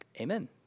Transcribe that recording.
amen